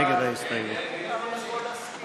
של קבוצת סיעת המחנה הציוני,